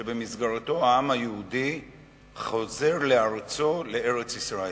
שבמסגרתו העם היהודי חוזר לארצו, לארץ-ישראל.